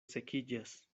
sekiĝas